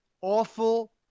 awful